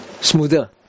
smoother